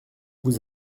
vous